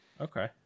Okay